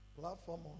Platform